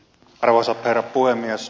arvoisa herra puhemies